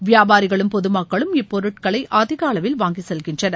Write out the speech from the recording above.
வியாபாரிகளும் பொதுமக்களும் இப்பொருட்களை அதிக அளவில் வாங்கி செல்கின்றனர்